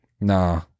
Nah